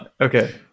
Okay